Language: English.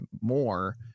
more